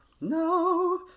No